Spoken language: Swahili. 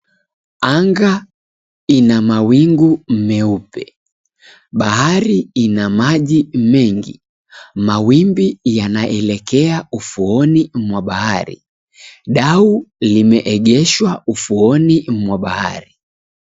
Anga ina mawingu meupe, bahari ina maji mengi mawimbi yanaelekea ufuoni mwa bahari, dau limeegeshwa ufuoni mwa bahari.